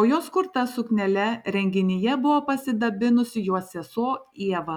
o jos kurta suknele renginyje buvo pasidabinusi jos sesuo ieva